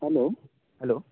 hello hello